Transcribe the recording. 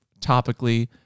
topically